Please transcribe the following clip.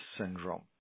syndrome